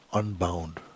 unbound